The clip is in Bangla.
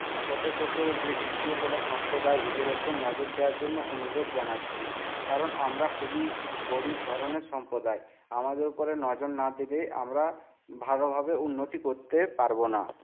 ছোট ছোট যে পিছিয়ে পড়া সম্প্রদায় এদের ওপর নজর দেওয়ার জন্য অনুরোধ জানাচ্ছি কারণ আমরা খুবই গরিব ধরনের সম্প্রদায় আমাদের উপরে নজর না দিলে আমরা ভালোভাবে উন্নতি করতে পারব না